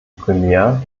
primär